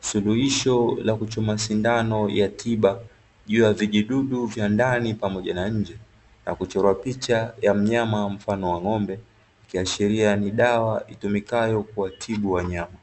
suluhisho la kuchoma sindano ya tiba juu ya vijidudu vya ndani pamoja na nje, na kuchorwa picha ya mnyama mfano wa ng'ombe, ikiashiria ni dawa itumikayo kuwatibu wanyama.